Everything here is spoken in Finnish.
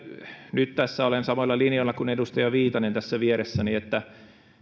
nyt tässä olen samoilla linjoilla kuin edustaja viitanen tässä vieressäni että